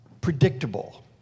predictable